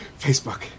Facebook